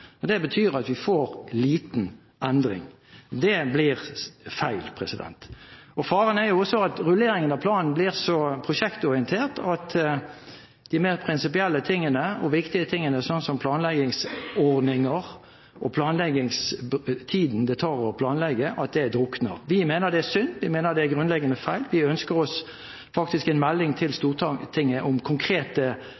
og det betyr at vi får liten endring. Det blir feil. Faren er også at rulleringen av planen blir så prosjektorientert at de mer prinsipielle og viktige tingene, som planleggingsordninger og tiden det tar å planlegge, drukner. Vi mener at det er synd, og vi mener at det er grunnleggende feil. Vi ønsker oss faktisk en melding til